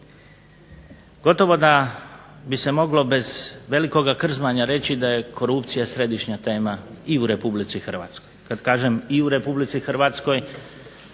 Gotovo da bi se moglo bez velikoga krzmanja reći da je korupcija središnja tema i u RH. Kad kažem i u RH to